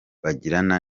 bagirana